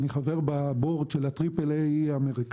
אני חבר ב-board של ה-Tripel A האמריקני.